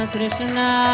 Krishna